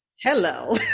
Hello